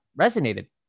resonated